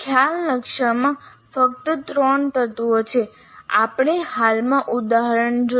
ખ્યાલ નકશામાં ફક્ત 3 તત્વો છે આપણે હાલમાં ઉદાહરણ જોશું